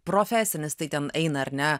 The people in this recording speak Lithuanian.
profesinis tai ten eina ar ne